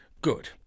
good